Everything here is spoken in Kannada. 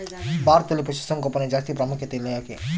ಭಾರತದಲ್ಲಿ ಪಶುಸಾಂಗೋಪನೆಗೆ ಜಾಸ್ತಿ ಪ್ರಾಮುಖ್ಯತೆ ಇಲ್ಲ ಯಾಕೆ?